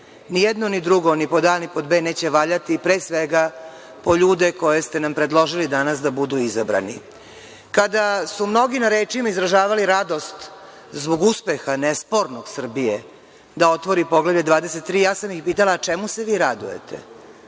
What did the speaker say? Ni jedno, ni drugo, ni pod A, ni pod B, neće valjati, pre svega po ljude koje ste nam predložili danas da budu izabrani. Kada su mnogi na rečima izražavali radost zbog uspeha, nespornog, Srbije, da otvori Poglavlje 23, ja sam ih pitala – čemu se vi radujete?